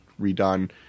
redone